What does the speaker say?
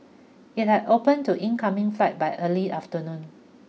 it had open to incoming flight by early afternoon